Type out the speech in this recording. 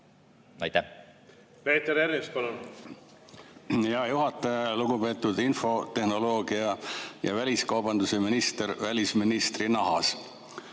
Aitäh!